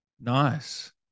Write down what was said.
nice